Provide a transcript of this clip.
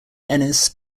ennis